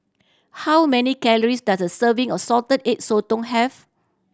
how many calories does a serving of Salted Egg Sotong have